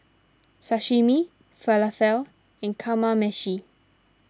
Sashimi Falafel and Kamameshi